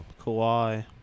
Kawhi